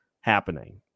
happening